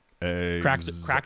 Cracks